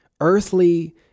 earthly